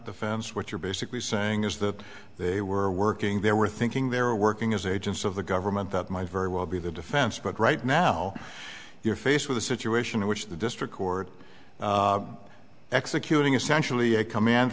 defense what you're basically saying is that they were working there were thinking they're working as agents of the government that might very well be the defense but right now you're faced with a situation in which the district court executing essentially a command